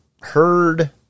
heard